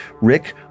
Rick